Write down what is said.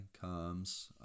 comes